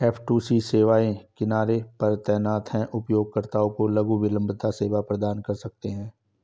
F two C सेवाएं किनारे पर तैनात हैं, उपयोगकर्ताओं को लघु विलंबता सेवा प्रदान कर सकते हैं